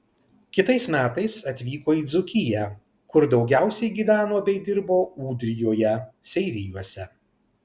kitais metais atvyko į dzūkiją kur daugiausiai gyveno bei dirbo ūdrijoje seirijuose